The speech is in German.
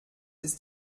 ist